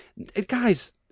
Guys